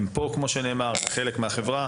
הם כאן והם חלק מהחברה.